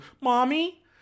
mommy